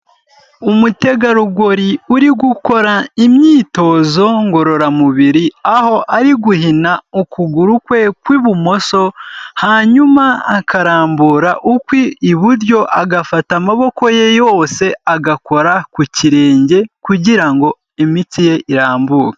Umutegarugori uri gukora imyitozo ngororamubiri, aho ari guhina ukuguru kwe kw'ibumoso hanyuma akarambura ukw'iburyo, agafata amaboko ye yose, agakora ku kirenge kugira ngo imitsi ye irambuke.